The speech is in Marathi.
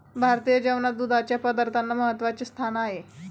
भारतीय जेवणात दुधाच्या पदार्थांना महत्त्वाचे स्थान आहे